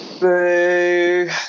boo